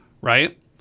Right